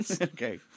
Okay